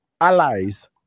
allies